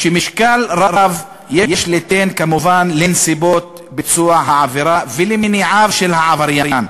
"משקל רב יש ליתן כמובן לנסיבות ביצוע העבירה ולמניעיו של העבריין,